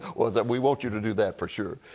well, then we want you to do that for sure.